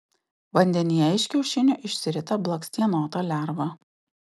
vandenyje iš kiaušinio išsirita blakstienota lerva